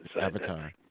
Avatar